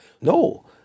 No